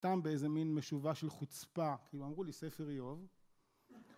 אותם באיזה מין משובה של חוצפה, כאילו אמרו לי ספר איוב